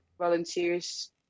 volunteers